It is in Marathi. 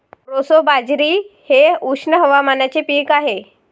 प्रोसो बाजरी हे उष्ण हवामानाचे पीक आहे